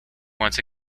once